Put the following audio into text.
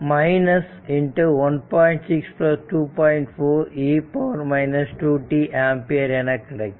4 e 2 t ampere என கிடைக்கும்